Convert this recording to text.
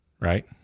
right